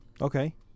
Okay